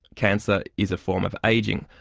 cancer is a form of ageing.